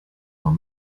were